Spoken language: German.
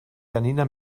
janina